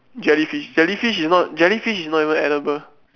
jellyfish jellyfish is not jellyfish is not even edible